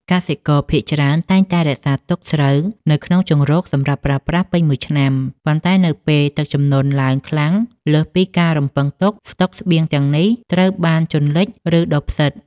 កសិករភាគច្រើនតែងតែរក្សាទុកស្រូវនៅក្នុងជង្រុកសម្រាប់ប្រើប្រាស់ពេញមួយឆ្នាំ ប៉ុន្តែនៅពេលទឹកជំនន់ឡើងខ្លាំងលើសពីការរំពឹងទុក ស្តុកស្បៀងទាំងនេះត្រូវបានជន់លិច ឬដុះផ្សិត។